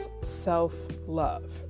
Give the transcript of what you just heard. self-love